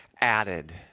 added